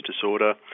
disorder